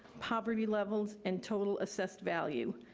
poverty levels, and total assessed value.